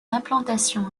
l’implantation